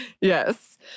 Yes